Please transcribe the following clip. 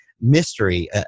mystery